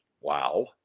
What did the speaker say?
Wow